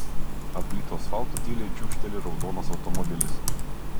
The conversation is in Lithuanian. aplytu asfaltu tyliai čiūžteli raudonas automobilis